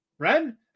Ren